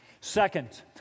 Second